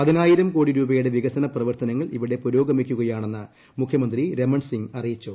പതിനായിരം കോടി രൂപയുടെ വികസന പ്രവർത്തനങ്ങൾ ഇവിടെ പുരോഗമിക്കുകയാണെന്ന് മുഖ്യമന്ത്രി രമൺസിംഗ് അറിയിച്ചു